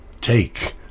take